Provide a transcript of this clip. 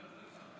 בבקשה.